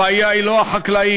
הבעיה היא לא החקלאי.